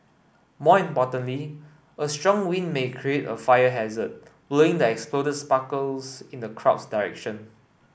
more importantly a strong wind may create a fire hazard blowing the exploded sparkles in the crowd's direction